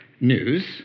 news